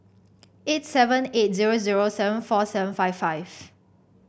eight seven eight zero zero seven four seven five five